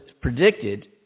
predicted